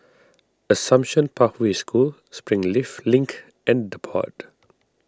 Assumption Pathway School Springleaf Link and the Pod